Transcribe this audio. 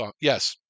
Yes